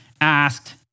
asked